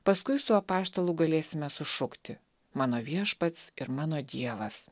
paskui su apaštalu galėsime sušukti mano viešpats ir mano dievas